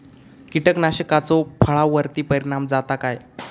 कीटकनाशकाचो फळावर्ती परिणाम जाता काय?